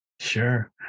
Sure